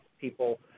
people